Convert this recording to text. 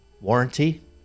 warranty